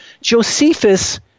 Josephus